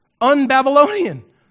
un-Babylonian